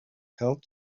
held